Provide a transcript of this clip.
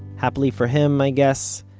happily for him, i guess,